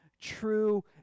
true